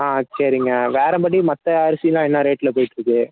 ஆ சரிங்க வேறு படி மற்ற அரிசிலாம் என்ன ரேட்டில் போயிகிட்டு இருக்கு